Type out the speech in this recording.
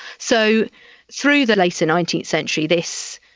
so through the later nineteenth century this